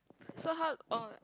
so how oh